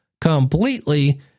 completely